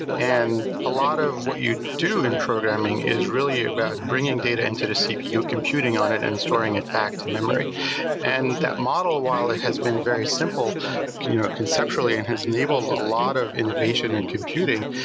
and a lot of what you do in programming is really about bringing data into the cpu computing on it and storing it back to memory and that model, while it has been very simple conceptually and has enabled a lot of innovation and computing,